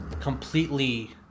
completely